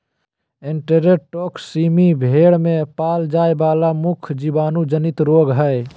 enterotoxaemia भेड़ में पाल जाय वला मुख्य जीवाणु जनित रोग हइ